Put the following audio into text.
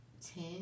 ten